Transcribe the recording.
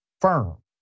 firm